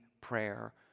prayer